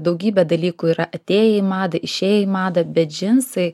daugybė dalykų yra atėję į madą išėję į madą bet džinsai